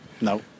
No